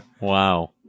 Wow